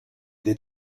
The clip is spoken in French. des